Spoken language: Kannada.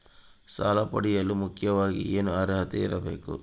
ಸಾಲ ಪಡೆಯಲು ಮುಖ್ಯವಾಗಿ ಏನು ಅರ್ಹತೆ ಇರಬೇಕು?